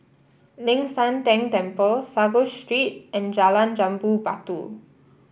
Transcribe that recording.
Ling San Teng Temple Sago Street and Jalan Jambu Batu